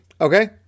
Okay